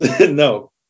No